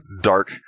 dark